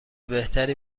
بهتری